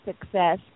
success